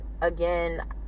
again